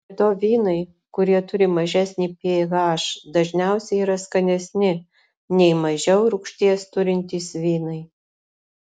be to vynai kurie turi mažesnį ph dažniausiai yra skanesni nei mažiau rūgšties turintys vynai